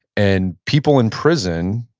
and people in prison,